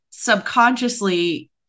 Subconsciously